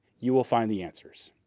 you will find the answers.